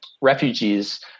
refugees